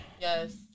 Yes